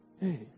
Hey